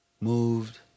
moved